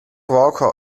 walker